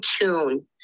tune